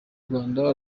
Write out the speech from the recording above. rwanda